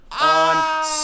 on